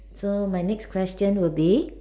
so my next question would be